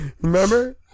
Remember